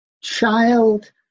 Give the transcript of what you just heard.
child